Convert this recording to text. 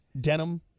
denim